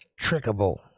trickable